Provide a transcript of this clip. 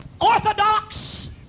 orthodox